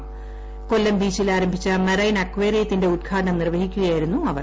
ബ്രേബക്ക് കൊല്ലം ബീച്ചിൽ ആരംഭിച്ച മറൈൻ അക്വേറിയത്തിന്റെ ഉദ്ഘാടനം നിർവഹിക്കുകയായിരുന്നു അവർ